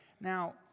Now